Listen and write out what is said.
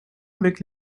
avec